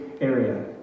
area